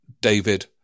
David